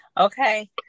Okay